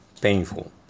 painful